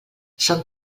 són